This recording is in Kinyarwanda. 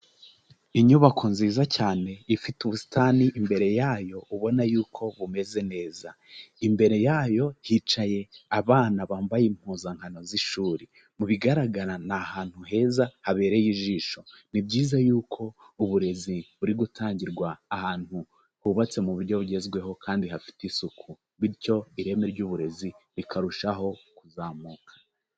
Inyubako nziza cyane ifite ubusitani imbere yayo ubona yuko bumeze neza. Imbere yayo hicaye abana bambaye impuzankano z'ishuri. Mu bigaragara ni ahantu heza habereye ijisho. Ni byiza yuko uburezi buri gutangirwa ahantu hubatse mu buryo bugezweho kandi hafite isuku. Bityo ireme ry'uburezi rikarushaho kuzamuka.